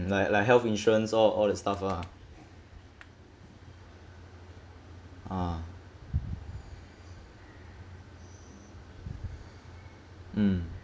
like like health insurance all all that stuff ah ah mm